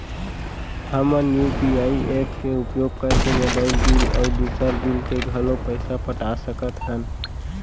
हमन UPI app के उपयोग करके मोबाइल बिल अऊ दुसर बिल के घलो पैसा पटा सकत हन